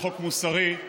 חוק מוסרי.